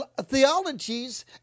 theologies